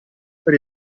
per